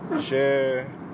share